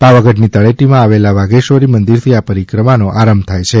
પાવગઢની તળેટીમાં આવેલા વાઘેશ્વરી મંદિરથી આ પરિક્રમાનો આરંભ થાય છે